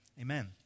Amen